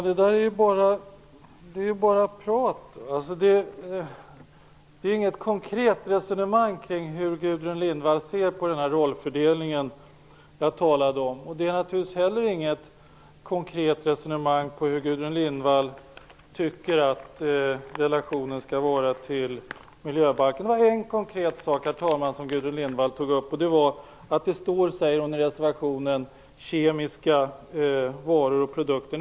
Herr talman! Det där är ju bara prat. Det är inget konkret resonemang kring hur Gudrun Lindvall ser på den här rollfördelningen jag talade om. Det är naturligtvis heller inget konkret resonemang om hur Gudrun Lindvall tycker att relationen skall vara till miljöbalken. Det var en konkret sak, herr talman, som Gudrun Lindvall tog upp, och det var att det i reservationen står, säger hon, kemiska produkter och varor.